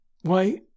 Why